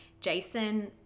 Jason